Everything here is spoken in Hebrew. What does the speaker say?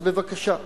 אז בבקשה,